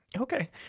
Okay